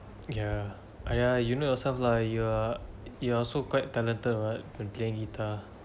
ya !aiya! you know yourself lah you're you're also quite talented what can playing guitar